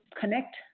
connect